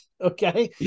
okay